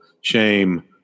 shame